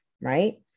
right